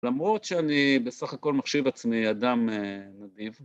למרות שאני בסך הכל מחשיב עצמי אדם נדיב.